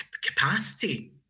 capacity